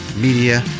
Media